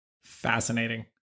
Fascinating